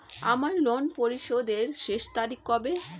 আমার ঋণ পরিশোধের শেষ তারিখ কবে?